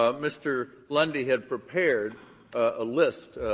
ah mr. lundy had prepared a a list,